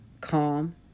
calm